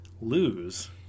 lose